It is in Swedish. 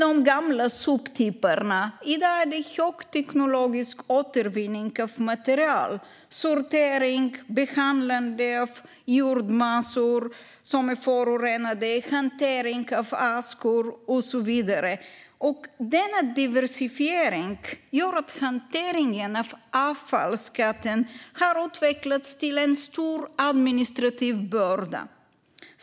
De gamla soptipparna är borta. I dag sker det högteknologisk återvinning av material, sortering, behandling av förorenade jordmassor, hantering av askor och så vidare. Denna diversifiering har gjort att hanteringen av avfallsskatten utvecklats till en stor administrativ börda.